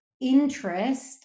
interest